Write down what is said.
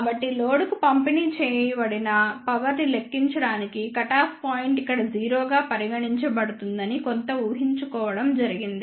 కాబట్టి లోడ్కు పంపిణీ చేయబడిన పవర్ ని లెక్కించడానికి కటాఫ్ పాయింట్ ఇక్కడ 0 గా పరిగణించబడుతుందని కొంత ఊహించుకోవడం జరిగింది